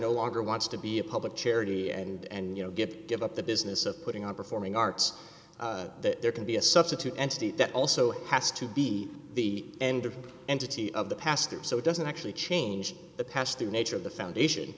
no longer wants to be a public charity and you know get give up the business of putting on performing arts that there can be a substitute entity that also has to be the end of entity of the past so it doesn't actually change the past the nature of the foundation